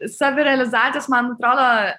savirealizacijos man atrodo